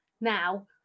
now